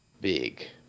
big